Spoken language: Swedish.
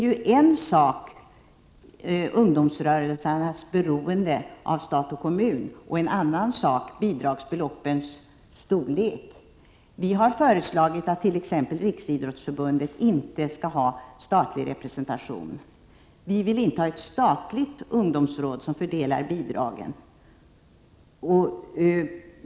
Men ungdomsrörelsens beroende av stat och kommun är en sak, och bidragsbeloppets storlek är en annan sak. Vi har t.ex. föreslagit att riksidrottsförbundet inte skall ha statlig representation. Vi vill inte ha ett statligt ungdomsråd som fördelar bidragen.